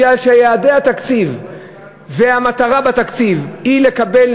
כי יעדי התקציב והמטרה בתקציב היא לקבל,